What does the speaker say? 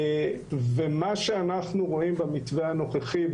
מה שאנחנו רואים במתווה הנוכחי,